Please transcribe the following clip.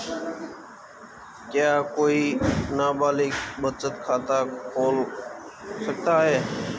क्या कोई नाबालिग बचत खाता खोल सकता है?